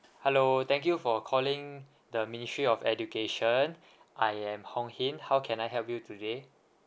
hello thank you for calling the ministry of education I am hong hin how can I help you today